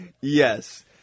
Yes